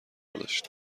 داشت